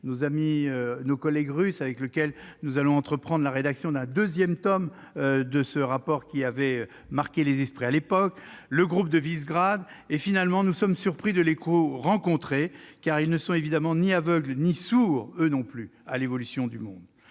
nos collègues russes, avec lesquels nous allons entreprendre la rédaction d'un deuxième tome de ce rapport qui, à l'époque, avait marqué les esprits, ou les pays du groupe de Visegrad. Finalement, nous sommes surpris de l'écho rencontré, car ils ne sont, évidemment, ni aveugles ni sourds à l'évolution du monde